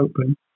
open